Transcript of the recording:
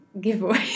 giveaway